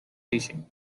teaching